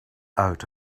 out